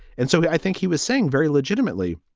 and so i think he was saying very legitimately,